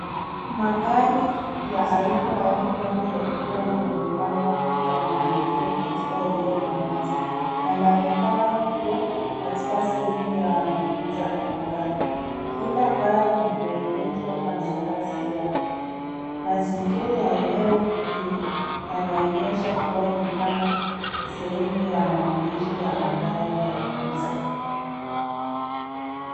Magari ya aina mbali mbali yakiwa yamepangwa kwa mpangilio katika eneo la wazi yanaonekana kuwa katika sehemu ya kuuza magari ,kila gari limeegeshwa kwa nafasi yake. Mazingira ya eneo hii yanaonyesha kuwa ni kama sehemu ya maonyesho ya magari ya kuuza.